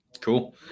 Cool